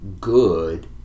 good